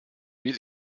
will